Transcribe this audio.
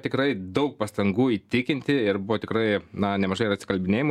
tikrai daug pastangų įtikinti ir buvo tikrai na nemažai ir atsikalbinėjimų